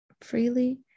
freely